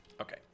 Okay